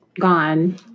gone